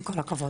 עם כל הכבוד.